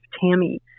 Tammy